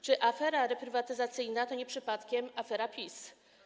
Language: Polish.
Czy afera reprywatyzacyjna to nie jest przypadkiem afera PiS?